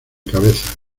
cabezas